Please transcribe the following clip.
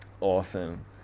Awesome